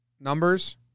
numbers